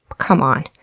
come on!